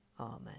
Amen